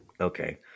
okay